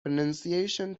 pronunciation